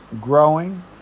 growing